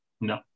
No